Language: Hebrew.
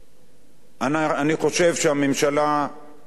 אני חושב שהממשלה נמצאת